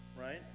right